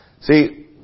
See